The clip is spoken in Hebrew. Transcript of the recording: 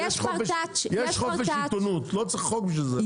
יש חופש עיתונות לא צריך חוק בשביל זה.